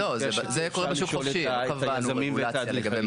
אני מבקש אם אפשר לשאול את היזמים ואת הרגולציה.